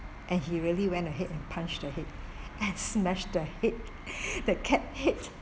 and he really went ahead and punched the head and smashed the head the cat head